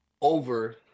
over